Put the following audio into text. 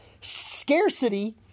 Scarcity